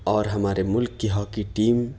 اور ہمارے ملک کی ہاکی ٹیم